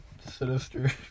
Sinister